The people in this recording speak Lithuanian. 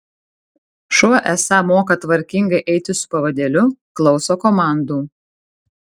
šuo esą moka tvarkingai eiti su pavadėliu klauso komandų